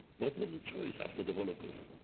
but the choice, after the holocaust?